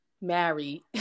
married